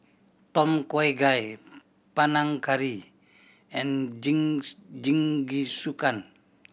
Tom Kha Gai Panang Curry and Jean's Jingisukan